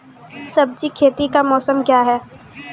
सब्जी खेती का मौसम क्या हैं?